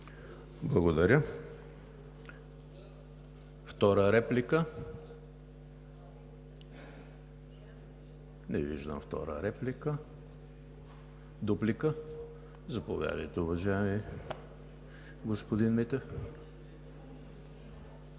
Благодаря. Втора реплика? Не виждам. Дуплика? Заповядайте, уважаеми господин Митев.